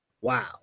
Wow